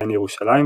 בהן ירושלים,